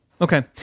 okay